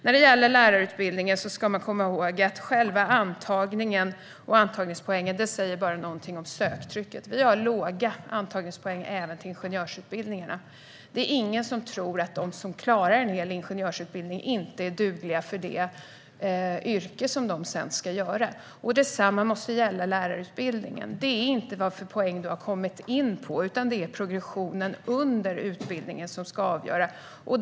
När det gäller lärarutbildningen ska man komma ihåg att själva antagningen och antagningspoängen bara säger något om söktrycket. Det är låga antagningspoäng även till ingenjörsutbildningarna. Det är ingen som tror att de som klarar en hel ingenjörsutbildning inte är dugliga för det yrke som de ska utöva. Detsamma måste gälla lärarutbildningen. Det är inte poängen som du har kommit in på utan progressionen under utbildningen som ska vara avgörande.